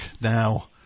now